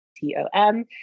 T-O-M